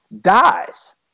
dies